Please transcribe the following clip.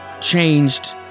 changed